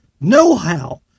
know-how